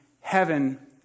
heaven